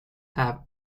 have